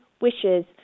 wishes